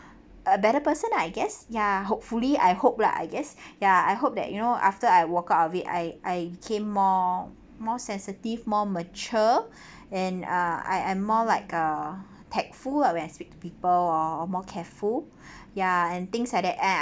a better person lah I guess ya hopefully I hope lah I guess ya I hope that you know after I walk out of it I I became more more sensitive more mature and uh I am more like a tactful lah when i speak to people or more careful ya and things like that and I